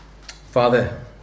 Father